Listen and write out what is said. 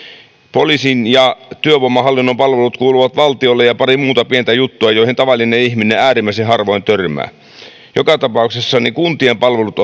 poliisin ja työvoimahallinnon palvelut kuuluvat valtiolle ja pari muuta pientä juttua joihin tavallinen ihminen äärimmäisen harvoin törmää joka tapauksessa kuntien palvelut